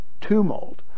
tumult